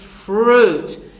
Fruit